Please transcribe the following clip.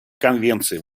конвенций